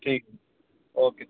ठीक ओके